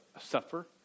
suffer